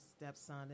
stepson